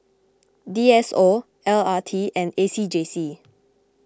D S O L R T and A C J C